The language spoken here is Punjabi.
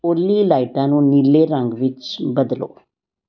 ਓਲੀ ਲਾਈਟਾਂ ਨੂੰ ਨੀਲੇ ਰੰਗ ਵਿੱਚ ਬਦਲੋ